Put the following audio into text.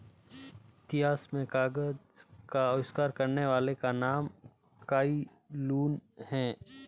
इतिहास में कागज का आविष्कार करने वाले का नाम काई लुन है